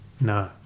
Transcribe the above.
No